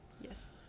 yes